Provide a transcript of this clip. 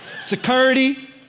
Security